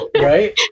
right